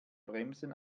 bremsen